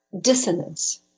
dissonance